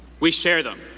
we share them.